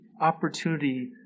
opportunity